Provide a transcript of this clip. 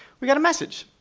we got a message,